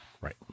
Right